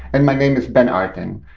and my name is ben artin.